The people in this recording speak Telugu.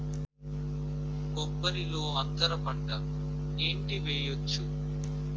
కొబ్బరి లో అంతరపంట ఏంటి వెయ్యొచ్చు?